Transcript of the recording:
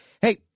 Hey